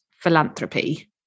philanthropy